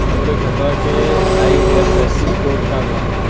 हमरे खतवा के आई.एफ.एस.सी कोड का बा?